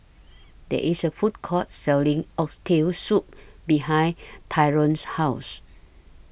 There IS A Food Court Selling Oxtail Soup behind Tyron's House